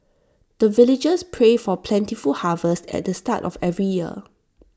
the villagers pray for plentiful harvest at the start of every year